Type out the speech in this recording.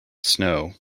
snow